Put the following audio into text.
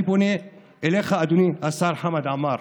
אני פונה אליך, אדוני השר חמד עמאר,